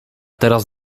teraz